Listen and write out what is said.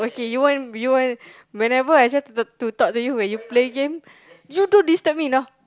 okay you want you want whenever I try to to talk to you when you play game you don't disturb me now